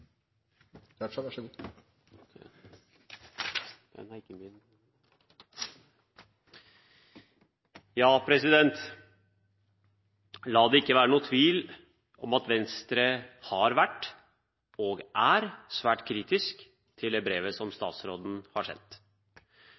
Raja få en taletid på inntil 15 minutter. La det ikke være noen tvil om at Venstre har vært og er svært kritisk til det brevet som statsråden har sendt.